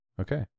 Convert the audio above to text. Okay